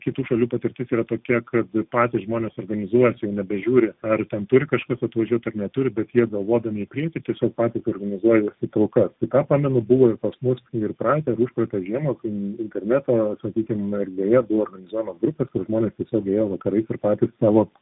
kitų šalių patirtis yra tokia kad patys žmonės organizuoti jau nebežiūri ar ten turi kažkas atvažiuot ar neturi bet jie galvodami į priekį tiesiog patys organizuojasi talkas tai ką pamenu buvo ir pas mus ir praeitą ir užpraeitą žiemą kai interneto sakykim erdvėje buvo organizuojamos grupės kur žmonės tiesiog ėjo vakarais ir patys savo